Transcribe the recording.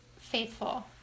faithful